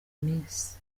minsi